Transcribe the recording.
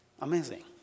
Amazing